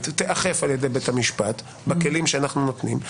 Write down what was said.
תיאכף על ידי בית המשפט בכלים שאנחנו נותנים,